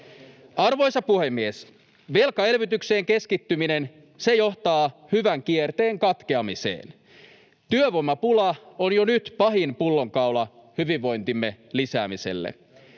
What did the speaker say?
Arvoisa puhemies! Velkaelvytykseen keskittyminen johtaa hyvän kierteen katkeamiseen. Työvoimapula on jo nyt pahin pullonkaula hyvinvointimme lisäämiselle.